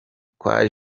kwa